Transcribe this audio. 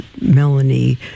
Melanie